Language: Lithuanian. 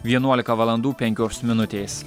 vienuolika valandų penkios minutės